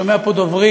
אני שומע פה דוברים,